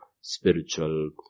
spiritual